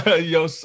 yo